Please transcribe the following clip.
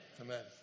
Amen